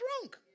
drunk